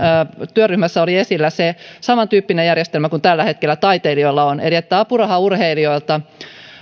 työryhmässä oli esillä samantyyppinen järjestelmä kuin tällä hetkellä taiteilijoilla on eli että apurahaurheilijoilta